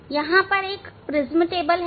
अब यहां एक प्रिज्म टेबल है